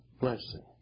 blessing